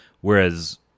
whereas